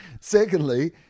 Secondly